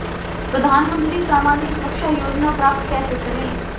प्रधानमंत्री सामाजिक सुरक्षा योजना प्राप्त कैसे करें?